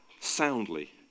soundly